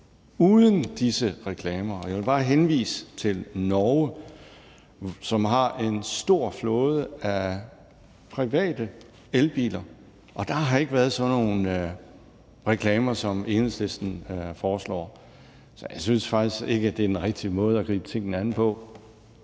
uden disse reklamer. Jeg vil bare henvise til Norge, som har en stor flåde af private elbiler, og der har ikke været sådan nogle reklamer, som Enhedslisten foreslår. Så jeg synes faktisk ikke, det er den rigtige måde at gribe tingene an på.